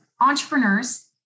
entrepreneurs